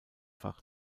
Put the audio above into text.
fach